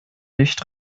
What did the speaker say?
nicht